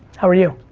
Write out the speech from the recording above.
how are you?